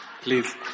Please